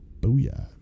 Booyah